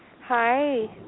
Hi